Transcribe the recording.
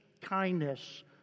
kindness